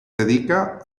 dedica